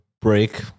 break